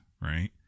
right